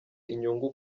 inyungu